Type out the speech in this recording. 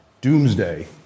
doomsday